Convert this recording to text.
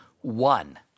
one